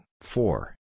four